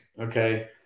Okay